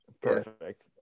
perfect